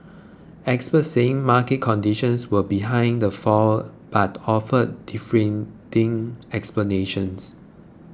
experts saying market conditions were behind the fall but offered differing explanations